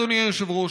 אדוני היושב-ראש,